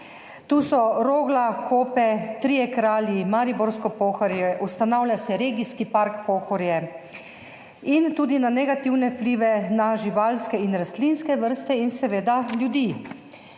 tu so Rogla, Kope, Trije kralji, Mariborsko Pohorje, ustanavlja se regijski park Pohorje – in tudi na negativne vplive na živalske in rastlinske vrste in seveda ljudi.